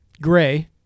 Gray